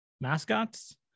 mascots